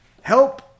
help